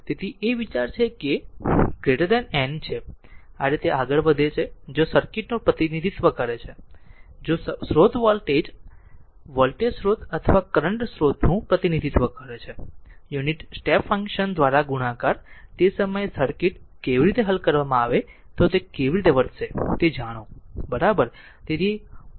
તેથી તે વિચાર છે n છે આ રીતે આગળ વધે છે જો સર્કિટનો પ્રતિનિધિત્વ કરે છે જો સ્રોત વોલ્ટેજ સ્રોત અથવા કરંટ સ્રોત નું પ્રતિનિધિત્વ કરે છે યુનિટ સ્ટેપ ફંક્શન દ્વારા ગુણાકાર તે સમયે સર્કિટ કેવી રીતે હલ કરવામાં આવે તો કેવી રીતે વર્તશે તે જાણો બરાબર